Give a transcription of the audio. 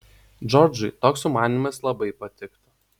džordžui toks sumanymas labai patiktų